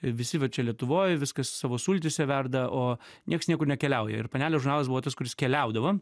visi va čia lietuvoj viskas savo sultyse verda o nieks niekur nekeliauja ir panelės žurnalas buvo tas kuris keliaudavo